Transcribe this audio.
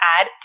add